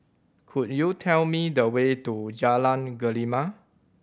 could you tell me the way to Jalan